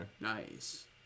Nice